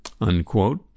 unquote